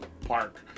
park